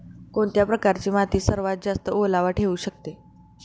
कोणत्या प्रकारची माती सर्वात जास्त ओलावा ठेवू शकते?